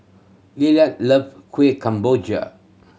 Lillard love Kuih Kemboja